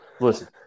Listen